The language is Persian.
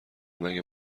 مگه